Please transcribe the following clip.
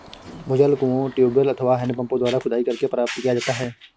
भूजल कुओं, ट्यूबवैल अथवा हैंडपम्पों द्वारा खुदाई करके प्राप्त किया जाता है